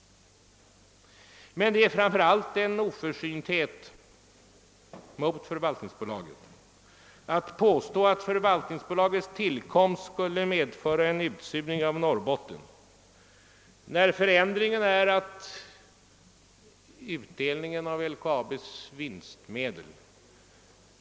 Det första ändamålet med detta förvaltningsbolag är att på sikt — inte omedelbart — uppnå en bättre fungerande statlig företagssektor än den vi har i dag.